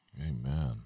Amen